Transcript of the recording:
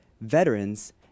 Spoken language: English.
veterans